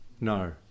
no